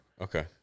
Okay